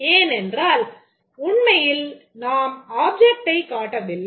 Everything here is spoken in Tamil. ஏனென்றால் உண்மையில் நாம் object ஐ காட்டவில்லை